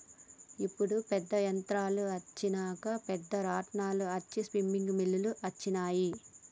ఇప్పుడు పెద్ద యంత్రాలు అచ్చినంక పెద్ద రాట్నాలు అచ్చి స్పిన్నింగ్ మిల్లులు అచ్చినాయి